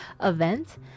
event